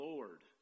Lord